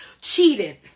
cheated